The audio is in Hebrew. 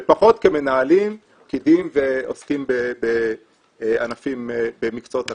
ופחות כמנהלים, פקידים ועוסקים במקצועות אקדמיים.